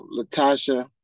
Latasha